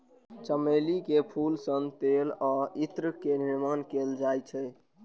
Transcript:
चमेली के फूल सं तेल आ इत्र के निर्माण कैल जाइ छै